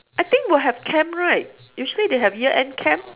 I think will have camp right usually they have year end camp